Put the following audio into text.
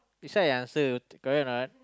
decide I answer correct or not